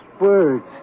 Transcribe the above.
words